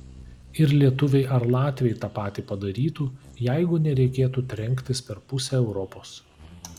ir lietuviai ar latviai tą patį padarytų jeigu nereikėtų trenktis per pusę europos